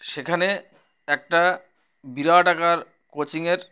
সেখানে একটা বিরাট আকার কোচিংয়ের